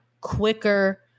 quicker